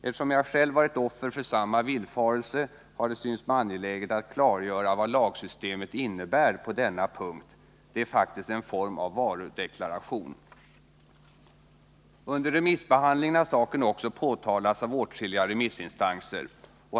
Eftersom jag själv varit offer för samma villfarelse, har det synts mig angeläget att klargöra vad lagsystemet innebär på denna punkt — det är faktiskt en form av varudeklaration. Under remissbehandlingen har saken också påtalats av åtskilliga remissinstanser.